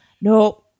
No